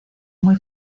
muy